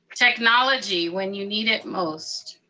technology when you need it most.